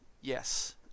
yes